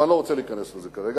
אבל אני לא רוצה להיכנס לזה כרגע.